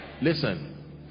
Listen